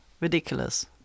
ridiculous